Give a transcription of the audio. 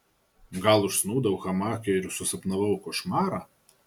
gal užsnūdau hamake ir susapnavau košmarą